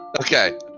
Okay